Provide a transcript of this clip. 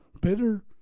bitter